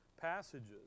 passages